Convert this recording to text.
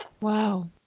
Wow